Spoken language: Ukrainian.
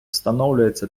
встановлюється